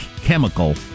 chemical